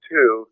Two